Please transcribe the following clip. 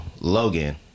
Logan